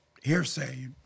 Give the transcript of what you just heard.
hearsay